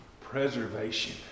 Preservation